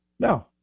No